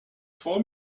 for